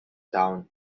town